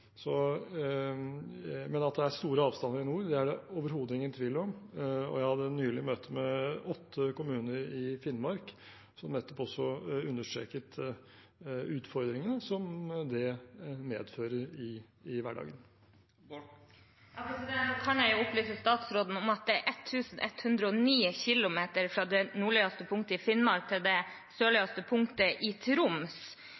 Men at det er store avstander i nord, er det overhodet ingen tvil om. Jeg hadde nylig et møte med åtte kommuner i Finnmark som nettopp også understreket utfordringene det medfører i hverdagen. Da kan jeg opplyse statsråden om at det er 1 109 km fra det nordligste punktet i Finnmark til det